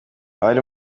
abari